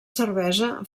cervesa